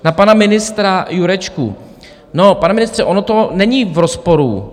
Na pana ministra Jurečku: no, pane ministře, ono to není v rozporu.